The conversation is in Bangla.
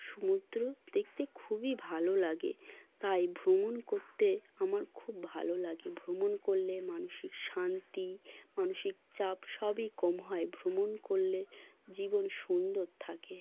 সমুদ্র দেখতে খুবই ভালো লাগে তাই ভ্রমণ করতে আমার খুব ভালো লাগে ভ্রমণ করলে মানসিক শান্তি মানসিক চাপ সবই কম হয় ভ্রমণ করলে জীবন সুন্দর থাকে